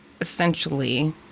essentially